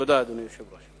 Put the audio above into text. תודה, אדוני היושב-ראש.